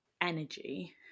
energy